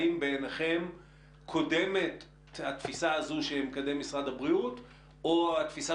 האם בעיניכם קודמת התפיסה הזו שמקדם משרד הבריאות או התפיסה